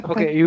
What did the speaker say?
Okay